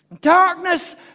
Darkness